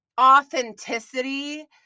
authenticity